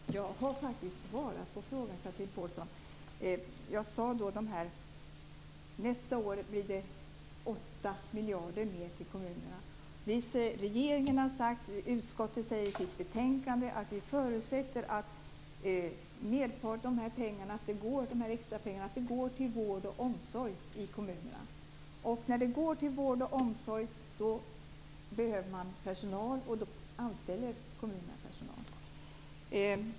Herr talman! Jag har faktiskt svarat på frågan, Chatrine Pålsson. Jag sade att det nästa år blir 8 miljarder mer till kommunerna. Regeringen har sagt och utskottet säger i sitt betänkande att vi förutsätter att merparten av de här extra pengarna går till vård och omsorg i kommunerna. När de går till vård och omsorg behöver man personal och då anställer kommunerna personal.